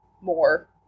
more